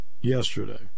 Yesterday